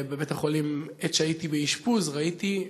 בבית-החולים, עת שהייתי באשפוז, ראיתי,